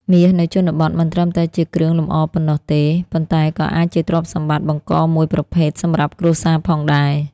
មាសនៅជនបទមិនត្រឹមតែជាគ្រឿងលម្អប៉ុណ្ណោះទេ ប៉ុន្តែក៏អាចជាទ្រព្យសម្បត្តិបង្គរមួយប្រភេទសម្រាប់គ្រួសារផងដែរ។